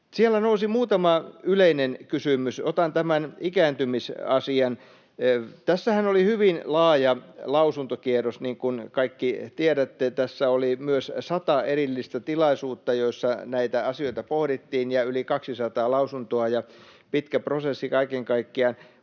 Siellä nousi muutama yleinen kysymys. Otan tämän ikääntymisasian: Tässähän oli hyvin laaja lausuntokierros, niin kuin kaikki tiedätte. Tässä oli myös sata erillistä tilaisuutta, joissa näitä asioita pohdittiin, ja yli 200 lausuntoa ja pitkä prosessi kaiken kaikkiaan.